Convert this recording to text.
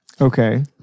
Okay